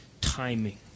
timing